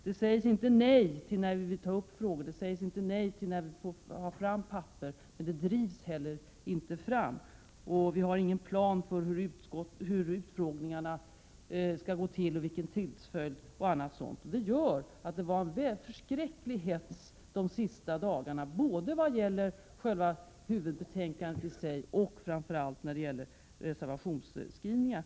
Det sägs inte nej när vi vill ta upp frågor och det sägs inte nej när vi vill få tillgång till papper, men arbetet drivs heller inte fram. Vi har ingen plan för hur utfrågningarna skall gå till och vilken tidsföljden skall vara m.m. Det gjorde att det blev en förskräcklig hets de sista dagarna när det gällde huvudbetänkandet i sig och framför allt när det gällde reservationsskrivningarna.